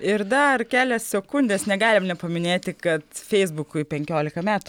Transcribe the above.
ir dar kelios sekundės negalime nepaminėti kad feisbukui penkiolika metų